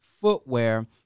footwear